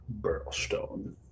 Burlstone